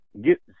get